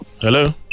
hello